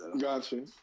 Gotcha